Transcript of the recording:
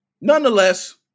nonetheless